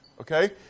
okay